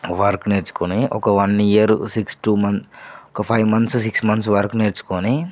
work నేర్చుకొని ఒక one year six two month ఒక five months six months work నేర్చుకొని